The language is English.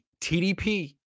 TDP